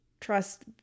trust